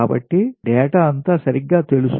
కాబట్టి డేటా అంతా సరిగ్గా తెలుసు